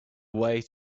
way